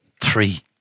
three